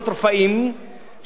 ששייכות לתושבי חוץ-לארץ,